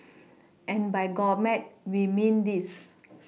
and by gourmet we mean this